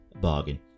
Bargain